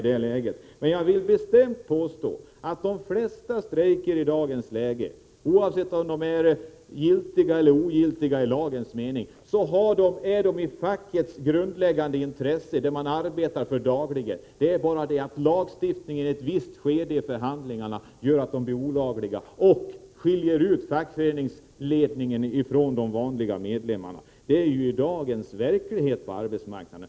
Jag vill emellertid bestämt påstå att de flesta strejker i dagens läge — oavsett om de i lagens mening är tillåtna eller inte — står i överensstämmelse med vad facket arbetar för dagligen. Det är bara det att lagstiftningen gör att de under ett visst skede av förhandlingarna blir olagliga, och därmed skiljs fackföreningsledningen ut från de vanliga medlemmarna. — Nr 22 Detta är dagens verklighet på arbetsmarknaden.